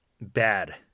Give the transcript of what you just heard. bad